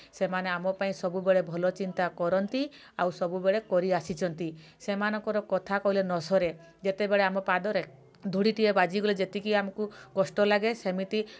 ସେମାନେ ଆମ ପାଇଁ ସବୁବେଳେ ଭଲ ଚିନ୍ତା କରନ୍ତି ଆଉ ସବୁବେଳେ କରି ଆସିଛନ୍ତି ସେମାନଙ୍କର କଥା କହିଲେ ନ ସରେ ଯେତେବେଳେ ଆମ ପାଦରେ ଧୂଳି ଟିଏ ବାଜିଗଲେ ଯେତିକି ଆମକୁ କଷ୍ଟ ଲାଗେ ସେମିତି